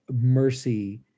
mercy